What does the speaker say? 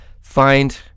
find